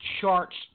charts